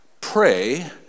Pray